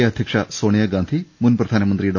A അധ്യക്ഷ സോണിയാഗാന്ധി മുൻ പ്രധാനമന്ത്രി ഡോ